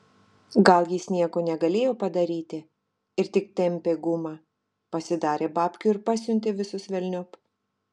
gal jis nieko negalėjo padaryti ir tik tempė gumą pasidarė babkių ir pasiuntė visus velniop